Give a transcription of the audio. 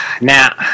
now